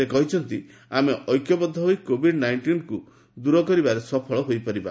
ସେ କହିଛନ୍ତି ଆମେ ଐକ୍ୟବଦ୍ଧ ହୋଇ କୋବିଡ୍ ନାଇଷ୍ଟିନ୍କୁ ଦୂର କରିବାରେ ସଫଳ ହୋଇପାରିବା